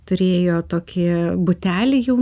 turėjo tokį butelį jau